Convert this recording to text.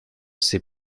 c’est